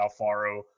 Alfaro